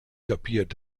kapiert